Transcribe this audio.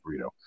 burrito